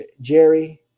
Jerry